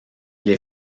les